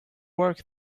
work